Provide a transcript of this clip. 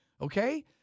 okay